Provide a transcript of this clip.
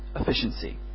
efficiency